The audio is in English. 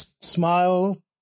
smile